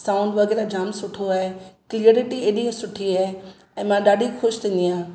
sound वग़ैरह जामु सुठो आहे क्लीअरीटी ऐॾी सुठी आहे ऐं मां ॾाढी ख़ुशि थींदी आहियां